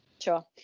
Sure